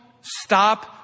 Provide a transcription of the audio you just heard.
stop